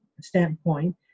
standpoint